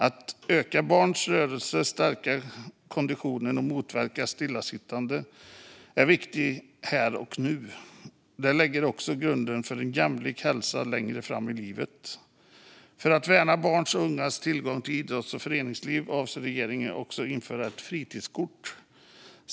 Att öka barns rörelse, stärka konditionen och motverka stillasittande är viktigt här och nu. Det lägger också grunden för en jämlik hälsa längre fram i livet. För att värna barns och ungas tillgång till idrotts och föreningslivet avser regeringen att också införa ett fritidskort.